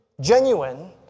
genuine